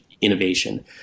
Innovation